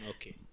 Okay